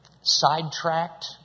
sidetracked